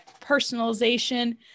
personalization